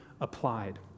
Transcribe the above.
applied